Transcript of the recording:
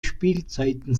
spielzeiten